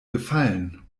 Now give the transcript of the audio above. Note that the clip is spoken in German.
gefallen